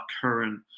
current